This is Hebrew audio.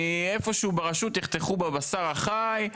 אני איפשהו ברשות יחתכו בבשר החי,